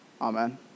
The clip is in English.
Amen